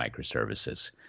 microservices